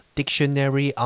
dictionary